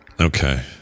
Okay